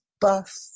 buff